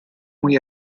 muy